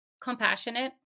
compassionate